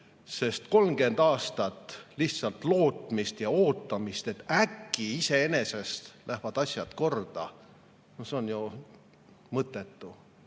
30 aastat lihtsalt lootmist ja ootamist, et äkki iseenesest lähevad asjad korda – see on ju olnud